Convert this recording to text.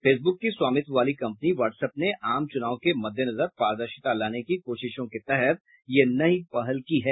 Facebook की स्वामित्व वाली कंपनी व्हाट्सएप ने आम चुनाव के मद्देनजर पारदर्शिता लाने की कोशिशों के तहत यह नई पहल की है